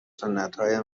سنتهای